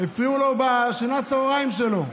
הפריעו לו בשנת הצוהריים שלו.